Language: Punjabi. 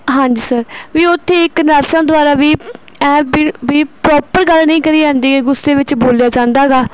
ਹਾਂਜੀ ਸਰ ਵੀ ਉੱਥੇ ਇੱਕ ਨਰਸਾਂ ਦੁਆਰਾ ਵੀ ਇਹ ਵੀ ਵੀ ਪ੍ਰੋਪਰ ਗੱਲ ਨਹੀਂ ਕਰੀ ਜਾਂਦੀ ਗੀ ਗੁੱਸੇ ਵਿੱਚ ਬੋਲਿਆ ਜਾਂਦਾ ਗਾ